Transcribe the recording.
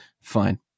Fine